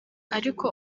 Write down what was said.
ariko